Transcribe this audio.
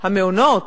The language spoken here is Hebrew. המעונות